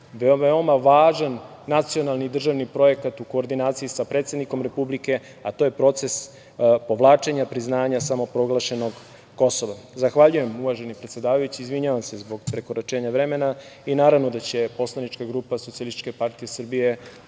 veoma važan nacionalni i državni projekat u koordinaciji sa predsednikom Republike, a to je proces povlačenja priznanja samoproglašenog Kosova. Zahvaljujem, uvaženi predsedavajući, izvinjavam se zbog prekoračenja vremena i naravno da će poslanička grupa SPS u danu za glasanje